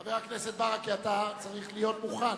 חבר הכנסת ברכה, אתה צריך להיות מוכן.